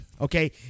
okay